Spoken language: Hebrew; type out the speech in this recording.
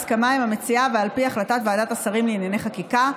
בהסכמה עם המציעה ועל פי החלטת ועדת השרים לענייני חקיקה,